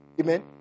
Amen